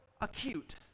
acute